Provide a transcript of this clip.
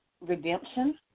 redemption